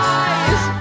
eyes